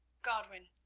godwin,